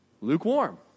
lukewarm